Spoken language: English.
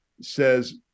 says